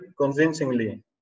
convincingly